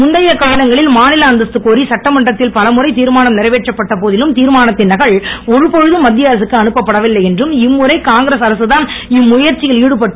முந்தைய காலங்களில் மாநில அந்தஸ்து கோரி சட்டமன்றத்தில் பலமுறை திர்மானம் நிறைவேற்றப்பட்ட போதிலும் திர்மானத்தின் நகல் ஒருபோதும் மத்திய அரசுக்கு அனுப்பப்பட்டதில்லை என்றும் இம்முறை காங்கிரஸ் அரசுதான் இம்முயற்சியில் ஈடுபட்டு